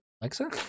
alexa